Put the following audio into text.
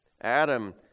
adam